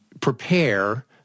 prepare